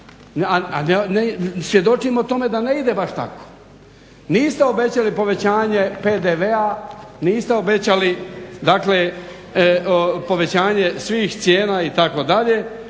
a svjedočimo tome da ne ide baš tako. Niste obećali povećanje PDV-a niste obećali dakle povećanje svih cijena itd.